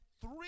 three